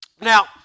Now